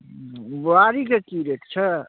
बुआरीके की रेट छै